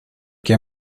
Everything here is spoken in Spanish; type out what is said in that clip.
que